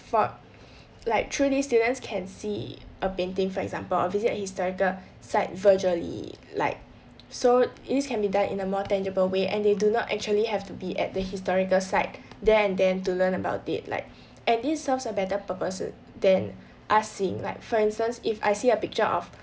for like through this students can see a painting for example or visit a historical site virtually like so it is can be done in a more tangible way and they do not actually have to be at the historical site there and then to learn about it like and this serves a better purpose than us seeing like for instance if I see a picture of